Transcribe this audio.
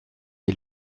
est